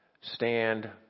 Stand